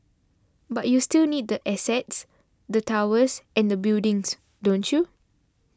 but you still need the assets the towers and the buildings don't you